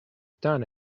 done